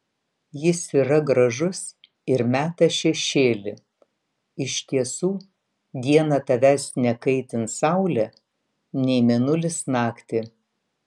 jis yra gražus ir meta šešėlį iš tiesų dieną tavęs nekaitins saulė nei mėnulis naktį